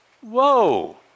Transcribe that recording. Whoa